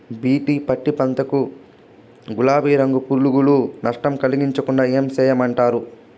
BT పత్తి పంట కు, గులాబీ రంగు పులుగులు నష్టం కలిగించకుండా ఏం చేయమంటారు?